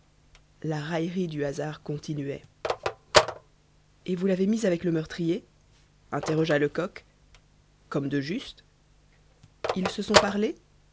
la raillerie du hasard continuait et vous l'avez mis avec le meurtrier interrogea lecoq comme de juste ils se sont parlé